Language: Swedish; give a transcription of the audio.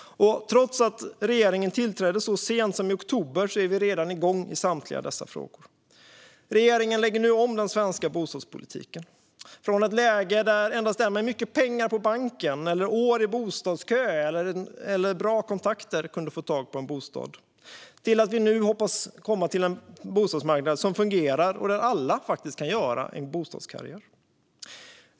Trots att regeringen tillträdde så sent som i oktober är vi redan igång i samtliga dessa frågor. Regeringen lägger nu om den svenska bostadspolitiken - från ett läge där endast den med mycket pengar på banken, år i bostadskö eller bra kontakter kan få tag på en bostad till, hoppas vi, en bostadsmarknad som fungerar och där alla kan göra en god bostadskarriär.